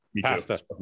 Pasta